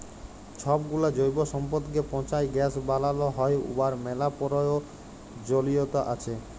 ছবগুলা জৈব সম্পদকে পঁচায় গ্যাস বালাল হ্যয় উয়ার ম্যালা পরয়োজলিয়তা আছে